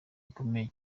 gakomeye